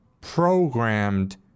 programmed